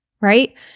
right